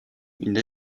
une